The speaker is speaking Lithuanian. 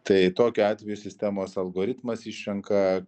tai tokiu atveju sistemos algoritmas išrenka